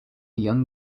young